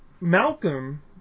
Malcolm